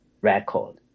record